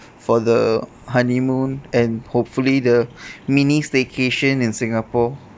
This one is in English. for the honeymoon and hopefully the mini staycation in singapore